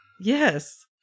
Yes